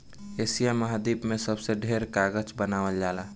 Asia महाद्वीप में सबसे ढेर कागज बनावल जाला